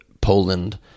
Poland